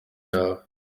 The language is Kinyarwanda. yawe